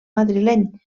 madrileny